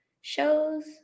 shows